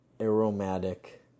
aromatic